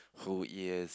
who is